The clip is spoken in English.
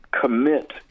commit